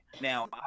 Now